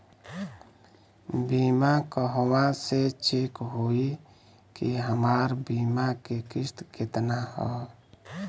बीमा कहवा से चेक होयी की हमार बीमा के किस्त केतना ह?